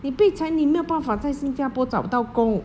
你被裁你没有办法在新加坡找不到工